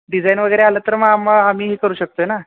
design वगैरे आलं तर मग आम आम्ही हे करू शकतो आहे ना